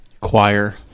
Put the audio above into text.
Choir